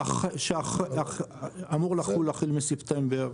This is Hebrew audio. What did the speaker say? שאמור לחול החל מספטמבר.